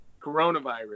coronavirus